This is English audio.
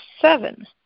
seven